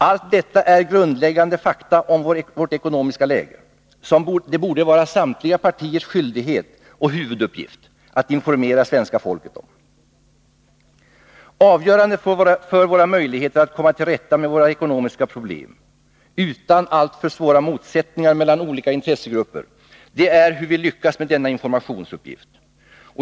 Allt detta är grundläggande fakta om vårt ekonomiska läge, som det borde vara samtliga partiers skyldighet och huvuduppgift att informera svenska folket om. Avgörande för våra möjligheter att komma till rätta med våra ekonomiska problem utan alltför svåra motsättningar mellan olika intressegrupper är hur vi lyckas med denna informationsuppgift.